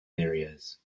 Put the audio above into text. areas